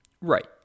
right